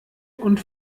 und